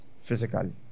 physically